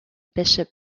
bishop